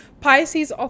Pisces